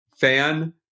fan